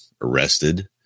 arrested